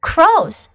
Crows